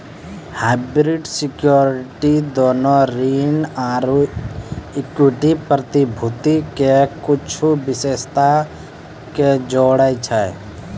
hybrid securities दोनो ऋण आरु इक्विटी प्रतिभूति के कुछो विशेषता के जोड़ै छै